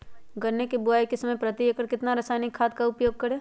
गन्ने की बुवाई के समय प्रति एकड़ कितना रासायनिक खाद का उपयोग करें?